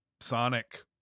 sonic